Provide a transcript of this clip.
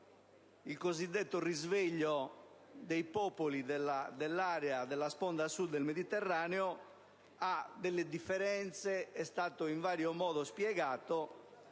il cosiddetto risveglio dei popoli della sponda Sud del Mediterraneo presenta differenze; è stato in vario modo spiegato,